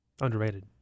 Underrated